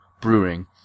Brewing